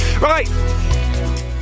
Right